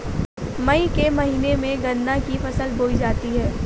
मई के महीने में गन्ना की फसल बोई जाती है